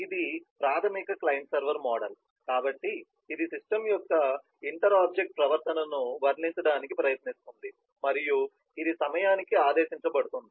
ఇది ప్రాథమిక client server model కాబట్టి ఇది సిస్టమ్ యొక్క ఇంటర్ ఆబ్జెక్ట్ ప్రవర్తనను వర్ణించటానికి ప్రయత్నిస్తుంది మరియు ఇది సమయానికి ఆదేశించబడుతుంది